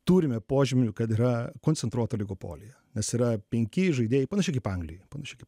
turime požymių kad yra koncentruota oligopolija nes yra penki žaidėjai panašiai kaip anglijoj panašiai kaip